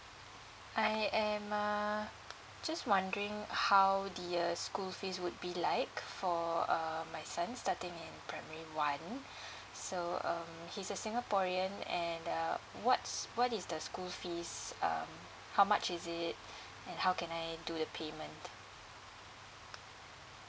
I am uh just wondering how the uh school fees would be like for uh my son starting in primary one so um he's a singaporean and uh what's what is the school fees um how much is it and how can I do the payment